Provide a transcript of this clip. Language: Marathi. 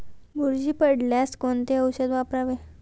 बुरशी पडल्यास कोणते औषध वापरावे?